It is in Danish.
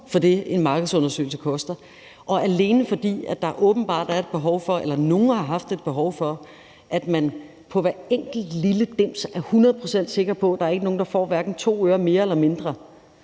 for det, en markedsundersøgelse koster, og det er alene, fordi nogen åbenbart har haft et behov for, at man i forhold til hver enkelt lille dims er 100 pct. sikker på, at der ikke er nogen, der får hverken 2 øre mere eller mindre,